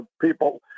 people